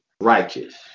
righteous